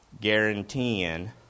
guaranteeing